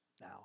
now